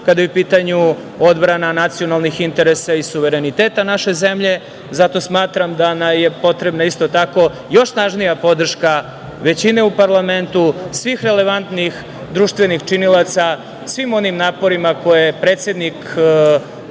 kada je u pitanju odbrana nacionalnih interesa i suvereniteta naše zemlje. Zato smatram da nam je potrebna isto tako još snažnija podrška većine u parlamentu, svih relevantnih društvenih činilaca, svim onim naporima koje je predsednik Republike